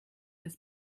des